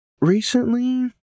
recently